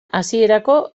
hasierako